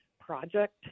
project